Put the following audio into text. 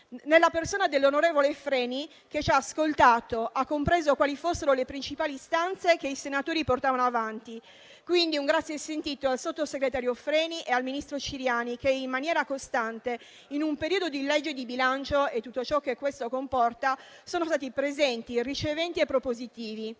tutti. L'onorevole Freni ci ha ascoltato, ha compreso quali fossero le principali istanze che i senatori portavano avanti. Quindi un grazie sentito al sottosegretario Freni e al ministro Ciriani che in maniera costante, in un periodo di legge di bilancio e tutto ciò che questo comporta, sono stati presenti, riceventi e propositivi.